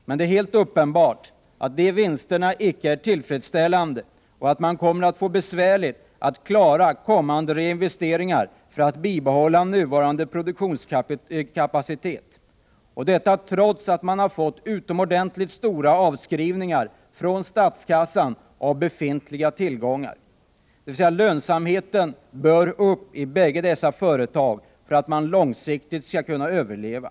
Men det är helt uppenbart att de vinsterna icke är tillfredsställande och att man kommer att få det besvärligt att klara kommande reinvesteringar för att bibehålla nuvarande produktionskapacitet — detta trots att man fått utomordentligt stora avskrivningar från statskassan av befintliga tillgångar. Lönsamheten bör alltså öka i båda dessa företag, för att man långsiktigt skall kunna överleva.